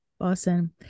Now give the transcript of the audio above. Awesome